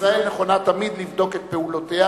ישראל נכונה תמיד לבדוק את פעולותיה